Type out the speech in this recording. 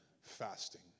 fasting